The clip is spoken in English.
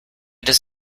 does